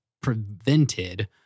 prevented